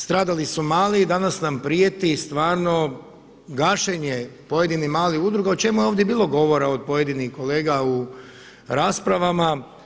Stradali su mali i danas nam prijeti stvarno gašenje pojedinih malih udruga o čemu je ovdje bilo govora od pojedinih kolega u raspravama.